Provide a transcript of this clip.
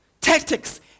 tactics